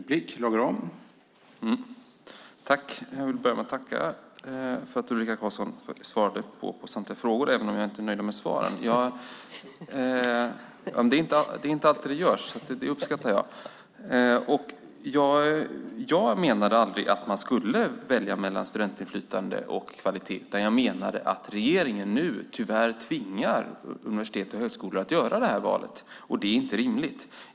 Herr talman! Jag tackar Ulrika Carlsson för att hon svarade på samtliga frågor. Det är inte alltid det görs, så det uppskattar jag. Jag är dock inte nöjd med svaren. Jag menade aldrig att man skulle välja mellan studentinflytande och kvalitet, utan jag menade att regeringen nu tyvärr tvingar universitet och högskolor att göra detta val. Det är inte rimligt.